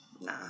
Nah